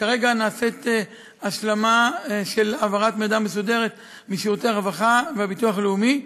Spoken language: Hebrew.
כרגע נעשית השלמה של העברת מידע מסודרת משירותי הרווחה והביטוח הלאומי.